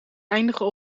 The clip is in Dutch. eindigen